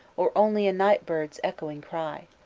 or only a night-bird's echoing cry?